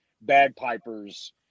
Bagpipers